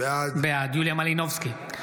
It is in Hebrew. בעד יוליה מלינובסקי,